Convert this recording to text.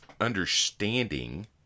understanding